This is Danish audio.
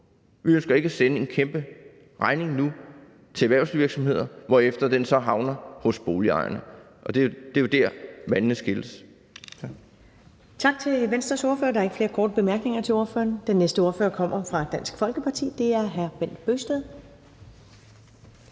Vi ønsker ikke at sende en kæmpe regning nu til erhvervsvirksomheder, hvorefter den så havner hos boligejerne. Det er jo der, vandene skilles. Tak. Kl. 10:23 Første næstformand (Karen Ellemann): Tak til Venstres ordfører. Der er ikke flere korte bemærkninger til ordføreren. Den næste ordfører kommer fra Dansk Folkeparti. Det er hr. Bent Bøgsted.